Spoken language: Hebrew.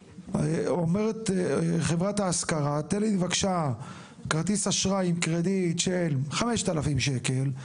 אומרת חברת ההשכרה תן לי בבקשה כרטיס אשראי עם קרדיט של 5,000 שקלים.